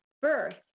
First